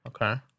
Okay